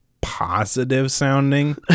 positive-sounding